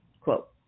quote